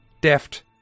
deft